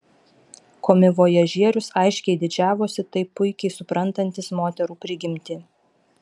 komivojažierius aiškiai didžiavosi taip puikiai suprantantis moterų prigimtį